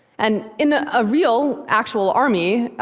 and in a real, actual army,